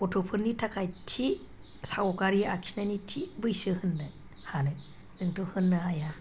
गथ'फोरनि थाखाय थि सावगारि आखिनायनि थि बैसो होननो हानो जोंथ' होननो हाया